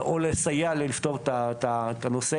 או לסייע לפתור את הנושא.